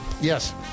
Yes